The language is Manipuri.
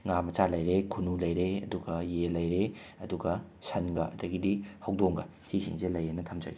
ꯉꯥ ꯃꯆꯥ ꯂꯩꯔꯦ ꯈꯨꯅꯨ ꯂꯩꯔꯦ ꯑꯗꯨꯒ ꯌꯦꯟ ꯂꯩꯔꯦ ꯑꯗꯨꯒ ꯁꯟꯒ ꯑꯗꯒꯤꯗꯤ ꯍꯧꯗꯣꯡꯒ ꯁꯤꯁꯤꯡꯁꯦ ꯂꯩꯌꯦꯅ ꯊꯝꯖꯒꯦ